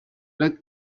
like